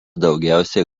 daugiausia